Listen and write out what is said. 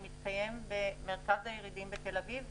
שמתקיים במרכז הירידים בתל אביב,